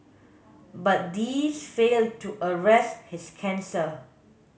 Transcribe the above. but these failed to arrest his cancer